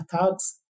attacks